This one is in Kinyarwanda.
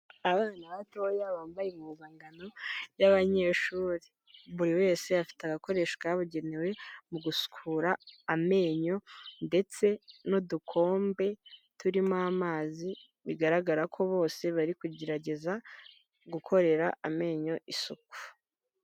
Abana batoya bambaye impuzankano y'abanyeshuri, buri wese afite agakoresho kabugenewe mu gusukura amenyo ndetse n'udukombe turimo amazi, bigaragara ko bose bari kugerageza gukorera amenyo isuku.